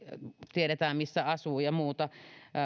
tiedetään missä asuu ja muuta